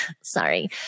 Sorry